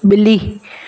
बि॒ली